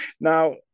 Now